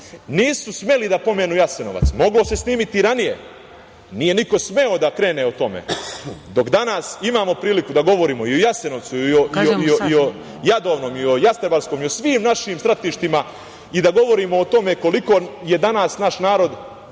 Nisu smeli da pomenu Jasenovac. Moglo se snimiti i ranije, nije niko smeo da krene o tome, dok danas imamo priliku da govorimo i o Jasenovcu i o Jadovnu i o Jasterbarskom i o svim našim stratištima i da govorimo o tome koliko je danas naš narod